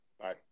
Bye